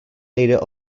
leader